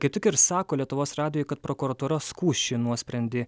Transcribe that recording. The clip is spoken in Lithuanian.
kaip tik ir sako lietuvos radijui kad prokuratūra skųs šį nuosprendį